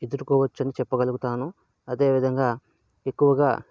ఎదురుకోవచ్చు అని చెప్పగలుతాను అదేవిదంగా ఎక్కువగా